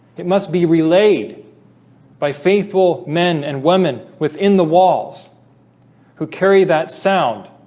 it must be relayed by faithful men and women within the walls who carry that sound?